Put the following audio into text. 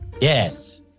Yes